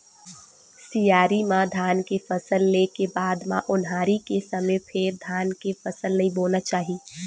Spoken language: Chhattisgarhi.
सियारी म धान के फसल ले के बाद म ओन्हारी के समे फेर धान के फसल नइ बोना चाही